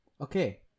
Okay